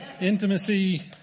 intimacy